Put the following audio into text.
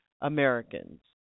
Americans